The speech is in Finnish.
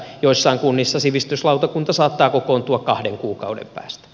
joissain kunnissa sivistyslautakunta saattaa kokoontua kahden kuukauden päästä